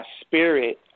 spirit